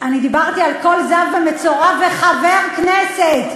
אני דיברתי על כל זב ומצורע וחבר כנסת.